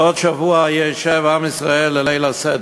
בעוד שבוע ישב עם ישראל לליל הסדר.